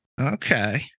Okay